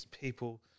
people